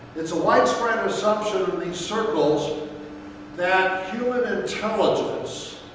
it's a widespread assumption in these circles that human intelligence